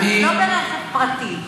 לא ברכב פרטי.